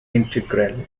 integral